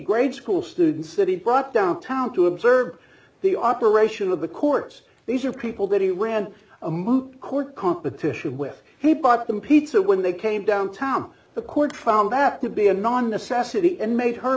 grade school students city brought downtown to observe the operation of the courts these are people that he ran a moot court competition with he bought them pizza when they came downtown the court found that to be a non necessity and made her